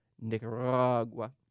nicaragua